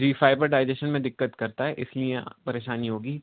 جی fibre digestion میں دقت کرتا ہے اس لیے پریشانی ہوگی